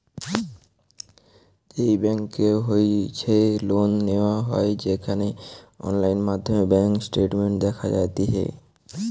যেই বেংক হইতে লোন নেওয়া হয় সেখানে অনলাইন মাধ্যমে ব্যাঙ্ক স্টেটমেন্ট দেখা যাতিছে